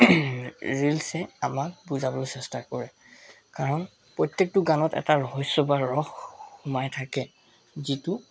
ৰীল্ছে আমাক বুজাব চেষ্টা কৰে কাৰণ প্ৰত্যেকটো গানত এটা ৰহস্য বা ৰস সোমাই থাকে যিটো